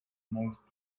nice